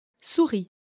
Souris